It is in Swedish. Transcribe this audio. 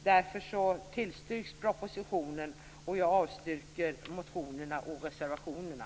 Därför tillstyrks propositionen, och jag avstyrker motionerna och reservationerna.